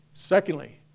Secondly